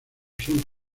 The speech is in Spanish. son